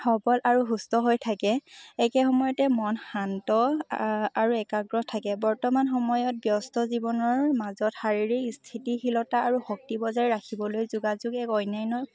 সবল আৰু সুস্থ হৈ থাকে একে সময়তে মন শান্ত আৰু একাগ্ৰহ থাকে বৰ্তমান সময়ত ব্যস্ত জীৱনৰ মাজত শাৰীৰিক স্থিতিশীলতা আৰু শক্তি বজাই ৰাখিবলৈ যোগাযোগ এক অন্যান্য